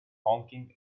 honking